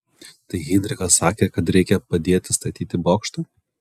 tai heinrichas sakė kad reikia padėti statyti bokštą